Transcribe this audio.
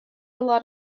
lot